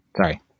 Sorry